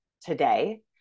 today